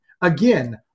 Again